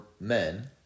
men